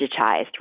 digitized